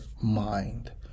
mind